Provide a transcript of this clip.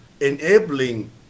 enabling